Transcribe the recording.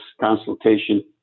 consultation